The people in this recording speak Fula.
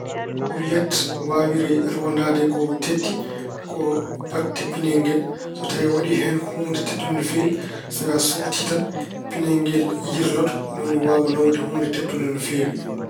Buruyet waawiri rondaade ko teddi ko batte pinel ngel. So tawi a waɗi huunde teddunde no feewi, so ka a suutii tan, pinel ngel irlota ni woni waawi nawde huunde teddunde no feewi.